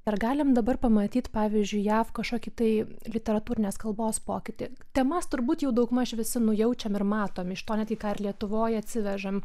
ar galim dabar pamatyti pavyzdžiui jav kažkokį tai literatūrinės kalbos pokytį temas turbūt jau daugmaž visi nujaučiam ir matom iš to netgi ką ir lietuvoj atsivežam